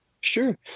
Sure